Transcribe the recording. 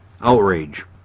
outrage